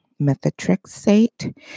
methotrexate